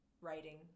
writing